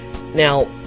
Now